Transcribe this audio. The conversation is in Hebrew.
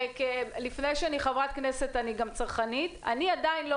לפני שאני חברת כנסת אני גם צרכנית ואני עדין לא